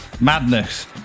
Madness